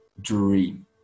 dream